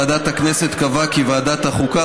ועדת הכנסת קבעה כי ועדת החוקה,